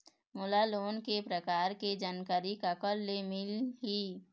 मोला लोन के प्रकार के जानकारी काकर ले मिल ही?